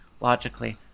logically